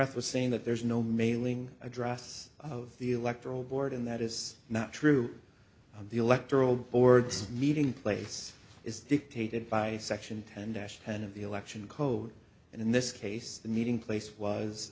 saying that there's no mailing address of the electoral board and that is not true of the electoral board's meeting place is dictated by section ten dash ten of the election code and in this case the meeting place was